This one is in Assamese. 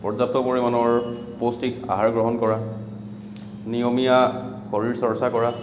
পৰ্য্যাপ্ত পৰিমাণৰ পৌষ্টিক আহাৰ গ্ৰহণ কৰা নিয়মীয়া শৰীৰ চৰ্চা কৰা